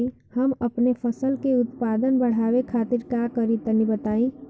हम अपने फसल के उत्पादन बड़ावे खातिर का करी टनी बताई?